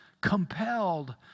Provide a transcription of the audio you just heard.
compelled